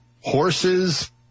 horses